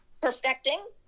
perfecting